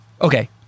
Okay